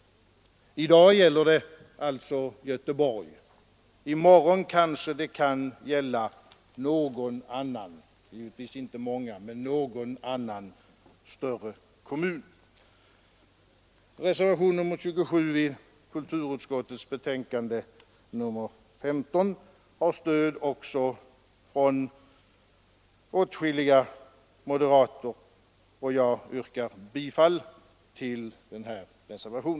I dag gäller det alltså Göteborg, i morgon kanske det kan gälla någon annan större kommun. Reservationen 27 vid kulturutskottets betänkande nr 15 har stöd också från åtskilliga moderater, och jag yrkar bifall till denna reservation.